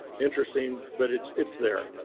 interesting, but it's it's there.